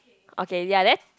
okay ya there